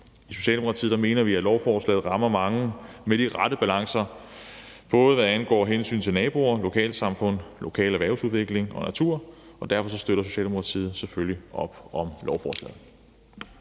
I Socialdemokratiet mener vi, at lovforslaget rammer mange af de rette balancer, både med hensyn til naboer, lokalsamfund, lokal erhvervsudvikling og natur, og derfor støtter Socialdemokratiet naturligvis lovforslaget.